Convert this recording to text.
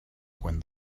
when